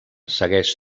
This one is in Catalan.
segueix